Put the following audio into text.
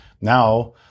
now